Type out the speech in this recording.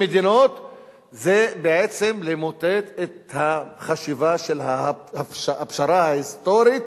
בעצם למוטט את החשיבה של הפשרה ההיסטורית